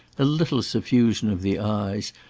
a little suffusion of the eyes,